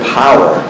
power